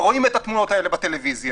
רואים את התמונות בטלוויזיה.